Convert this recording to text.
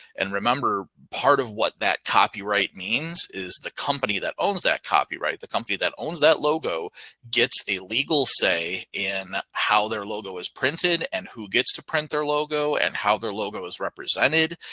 and remember, part of what that copyright means is the company that owns that copyright. the company that owns that logo gets a legal say in how their logo is printed and who gets to print their logo and how their logo is represented.